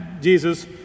Jesus